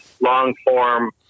long-form